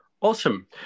awesome